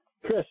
Chris